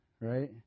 right